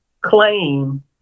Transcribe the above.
claim